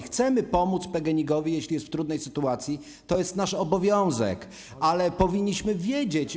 Chcemy pomóc PGNiG, jeśli jest w trudnej sytuacji, to jest nasz obowiązek, ale powinniśmy to wiedzieć.